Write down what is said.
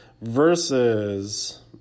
versus